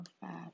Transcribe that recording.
five